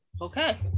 Okay